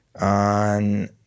on